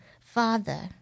Father